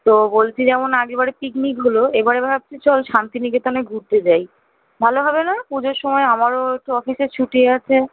তো বলছি যেমন আগেরবারে পিকনিক হলো এবারে ভাবছি চল শান্তিনিকেতনে ঘুরতে যাই ভালো হবে না পুজোর সময় আমারও একটু অফিসে ছুটি আছে